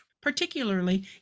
particularly